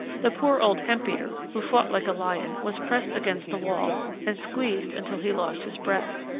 the poor old hemp-beater, who fought like a lion, was pressed against the wall and squeezed until he lost his breath.